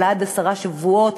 אבל עד עשרה שבועות,